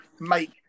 make